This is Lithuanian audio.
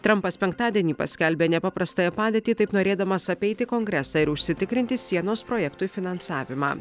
trampas penktadienį paskelbė nepaprastąją padėtį taip norėdamas apeiti kongresą ir užsitikrinti sienos projektui finansavimą